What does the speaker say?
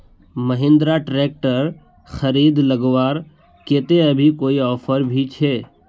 Mahindra tractor खरीद लगवार केते अभी कोई ऑफर भी छे?